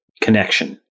connection